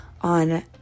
on